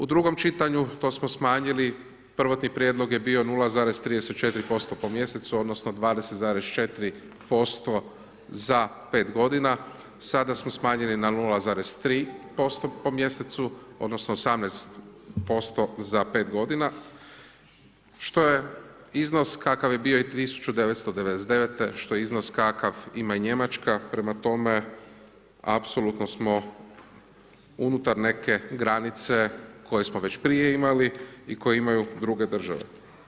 U drugom čitanju, to smo smanjili, prvotni prijedlog je bio 0,34% po mjesecu odnosno 20,4% za 5 godina, sada smo smanjili na 0,3% po mjesecu odnosno 18% za 5 godina, što je iznos kakav je bio i 1999.-te, što je iznos kakav ima i Njemačka, prema tome, apsolutno smo unutar neke granice koju smo već prije imali i koje imaju druge države.